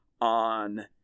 on